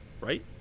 Right